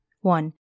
One